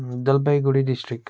Jalpaiguri district